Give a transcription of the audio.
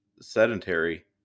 sedentary